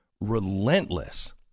relentless